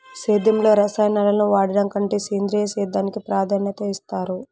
సేద్యంలో రసాయనాలను వాడడం కంటే సేంద్రియ సేద్యానికి ప్రాధాన్యత ఇస్తారు